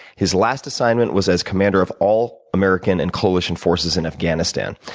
his last assignment was as commander of all american and coalition forces in afghanistan.